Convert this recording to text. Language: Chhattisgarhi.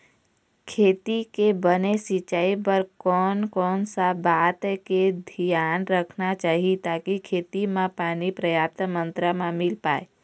खेती के बने सिचाई बर कोन कौन सा बात के धियान रखना चाही ताकि खेती मा पानी पर्याप्त मात्रा मा मिल पाए?